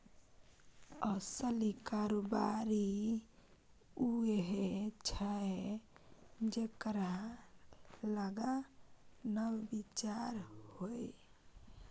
असली कारोबारी उएह छै जेकरा लग नब विचार होए